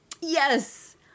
Yes